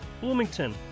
Bloomington